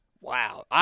Wow